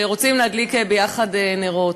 ורוצים להדליק ביחד נרות.